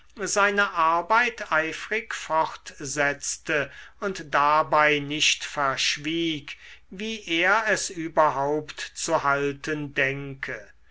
seine arbeit eifrig fortsetzte und dabei nicht verschwieg wie er es überhaupt zu halten denke